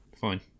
Fine